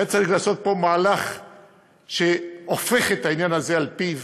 היה צריך לעשות פה מהלך שהופך את העניין הזה על פיו: